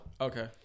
Okay